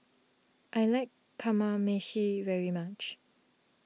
I like Kamameshi very much